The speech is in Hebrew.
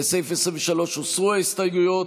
לסעיף 23 הוסרו ההסתייגויות.